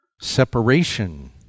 Separation